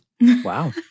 Wow